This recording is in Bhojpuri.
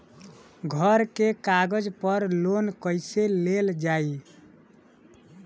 घर के कागज पर लोन कईसे लेल जाई?